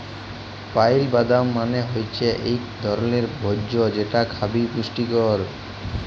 pile বাদাম মালে হৈচ্যে ইকট ধরলের ভোজ্য যেটা খবি পুষ্টিকর